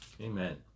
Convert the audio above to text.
Amen